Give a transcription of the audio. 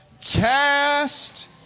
cast